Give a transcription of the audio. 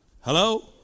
Hello